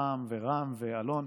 רם ורם ואלון: